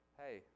hey